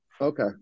Okay